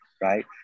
right